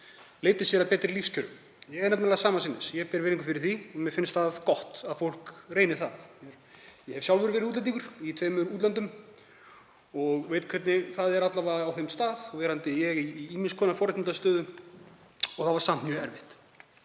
leiti sér að betri lífskjörum. Ég er nefnilega sama sinnis. Ég ber virðingu fyrir því og mér finnst gott að fólk reyni það. Ég hef sjálfur verið útlendingur í tveimur útlöndum og veit hvernig það er, alla vega á þeim stöðum og þrátt fyrir að ég sé í ýmiss konar forréttindastöðu þá var það samt mjög erfitt.